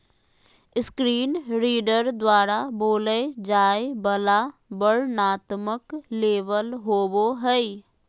screen reader द्वारा बोलय जाय वला वर्णनात्मक लेबल होबो हइ